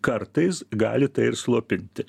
kartais gali tai ir slopinti